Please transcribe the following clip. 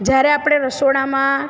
જ્યારે આપણે રસોડામાં